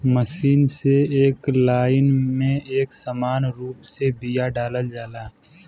machine से एक line में एक समान रूप से बिया डालल जाला